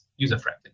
user-friendly